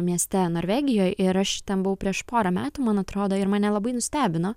mieste norvegijoj ir aš ten buvau prieš porą metų man atrodo ir mane labai nustebino